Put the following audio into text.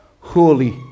holy